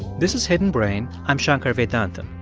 this is hidden brain. i'm shankar vedantam.